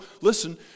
listen